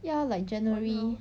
ya like january